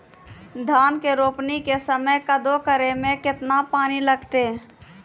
धान के रोपणी के समय कदौ करै मे केतना पानी लागतै?